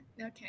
Okay